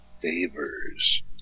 favors